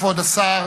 כבוד השר